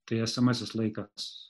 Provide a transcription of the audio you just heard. tai esamasis laikas